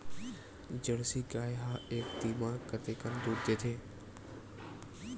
Jersey गाय ह एक दिन म कतेकन दूध देथे?